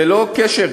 ללא קשר,